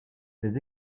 les